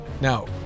Now